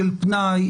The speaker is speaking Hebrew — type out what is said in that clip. של פנאי,